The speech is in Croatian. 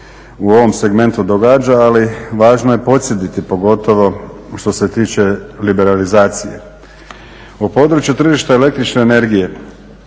u ovom segmentu događa, ali važno je dosjetiti pogotovo što se tiče liberalizacije. U području tržišta električne energije,